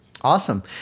Awesome